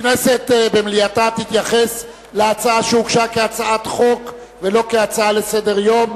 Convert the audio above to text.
הכנסת במליאתה תתייחס להצעה שהוגשה כהצעת חוק ולא כהצעה לסדר-היום,